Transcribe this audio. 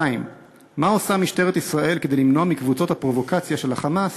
2. מה עושה משטרת ישראל כדי למנוע מקבוצות הפרובוקציה של ה"חמאס"